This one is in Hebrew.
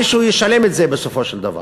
מישהו ישלם את זה בסופו של דבר.